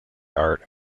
art